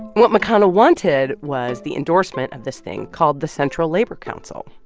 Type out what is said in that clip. what mcconnell wanted was the endorsement of this thing called the central labor council.